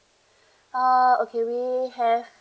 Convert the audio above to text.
ah okay we have